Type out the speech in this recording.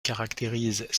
caractérise